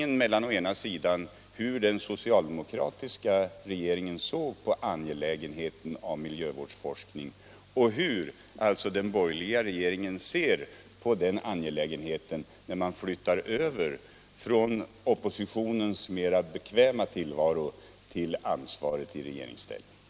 Det är skillnaden mellan hur den socialdemokratiska regeringen såg på angelägenheten av miljövårdsforskning och hur den borgerliga regeringen ser på den angelägenheten när man flyttar över från oppositionens mera bekväma tillvaro till ansvaret i regeringsställning.